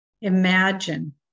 Imagine